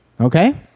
Okay